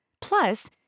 Plus